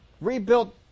Rebuilt